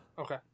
Okay